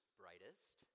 brightest